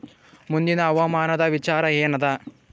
ಮುಂದಿನ ಹವಾಮಾನದ ವಿಚಾರ ಏನದ?